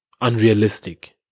Unrealistic